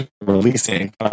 Releasing